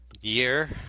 year